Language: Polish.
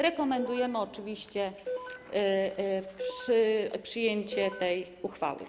Rekomendujemy oczywiście przyjęcie tej uchwały.